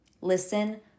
Listen